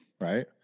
Right